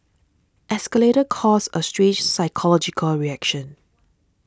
escalators cause a strange psychological reaction